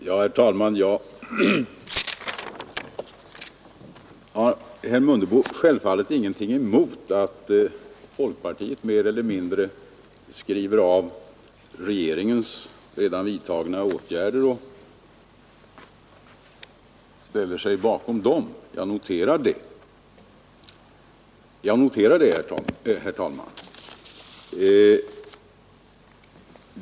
Herr talman! Jag har självfallet ingenting emot att folkpartiet mer eller mindre skriver av regeringens redan vidtagna åtgärder och ställer sig bakom dem, herr Mundebo. Jag noterar det!